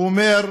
הוא אומר: